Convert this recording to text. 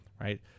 right